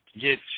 get